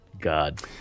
god